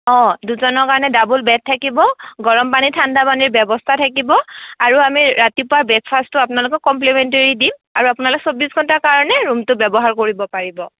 অঁ দুজনৰ কাৰণে ডাবল বেড থাকিব গৰম পানী ঠাণ্ডা পানীৰ ব্যৱস্থা থাকিব আৰু আমি ৰাতিপুৱা ব্ৰেকফাষ্টটো আপোনালোকক কমপ্লিমেন্টৰি দিম আৰু আপোনালোক চৌবিছ ঘন্টাৰ কাৰণে ৰুমটো ব্যৱহাৰ কৰিব পাৰিব